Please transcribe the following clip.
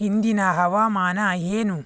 ಇಂದಿನ ಹವಾಮಾನ ಏನು